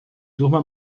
durma